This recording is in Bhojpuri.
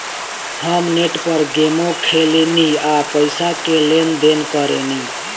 हम नेट पर गेमो खेलेनी आ पइसो के लेन देन करेनी